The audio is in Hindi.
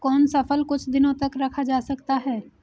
कौन सा फल कुछ दिनों तक रखा जा सकता है?